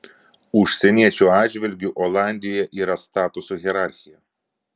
užsieniečių atžvilgiu olandijoje yra statuso hierarchija